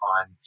on